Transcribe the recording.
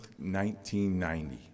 1990